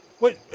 Wait